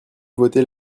voter